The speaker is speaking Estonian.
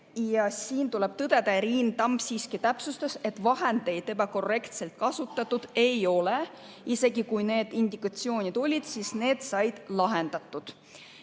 Tuleb tõdeda, et Riin Tamm siiski täpsustas, et vahendeid ebakorrektselt kasutatud ei ole. Isegi kui need indikatsioonid olid, siis need said lahendatud.